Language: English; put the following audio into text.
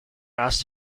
asked